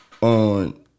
On